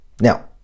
Now